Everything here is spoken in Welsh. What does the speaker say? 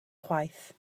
chwaith